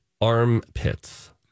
armpits